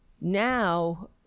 now